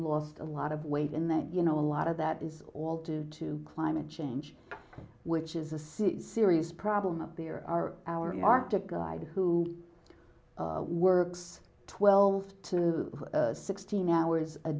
lost a lot of weight in that you know a lot of that is all too to climate change which is a sea serious problem there are our arctic guy who works twelve to sixteen hours a